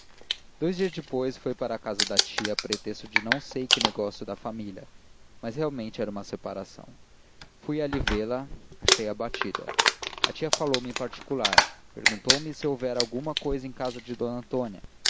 dous dias depois foi para casa da tia a pretexto de não sei que negócio de família mas realmente era uma separação fui ali vê-la achei-a abatida a tia falou-me em particular perguntou-me se houvera alguma cousa em casa de d antônia